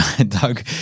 Doug